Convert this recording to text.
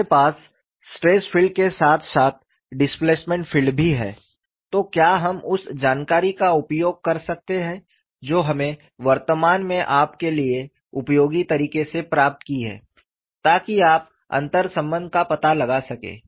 हमारे पास stress field के साथ साथ डिस्प्लेसमेंट फील्ड भी है तो क्या हम उस जानकारी का उपयोग कर सकते हैं जो हमने वर्तमान में आपके लिए उपयोगी तरीके से प्राप्त की है ताकि आप अंतरसंबंध का पता लगा सकें